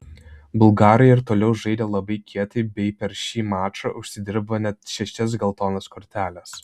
bulgarai ir toliau žaidė labai kietai bei per šį mačą užsidirbo net šešias geltonas korteles